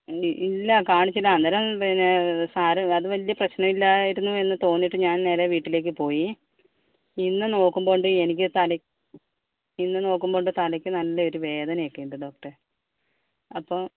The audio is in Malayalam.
ഇ ഇല്ല കാണിച്ചില്ല അന്നേരം പിന്നെ സാര അത് വലിയ പ്രശ്നവില്ലായിരുന്നു എന്ന് തോന്നിയിട്ട് ഞാൻ നേരെ വീട്ടിലേക്ക് പോയി ഇന്ന് നോക്കുമ്പോണ്ട് എനിക്ക് തലയ്ക്ക് ഇന്ന് നോക്കുമ്പോണ്ട് തലയ്ക്ക് നല്ലൊരു വേദന ഒക്കെയുണ്ട് ഡോക്ടറേ അപ്പോൾ